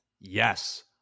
Yes